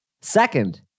Second